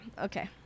Okay